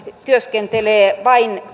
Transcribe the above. vain